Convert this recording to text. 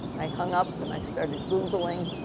i hung up. and i started googling.